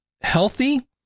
healthy